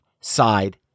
Side